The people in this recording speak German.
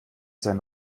sein